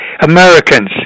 Americans